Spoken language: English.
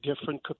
different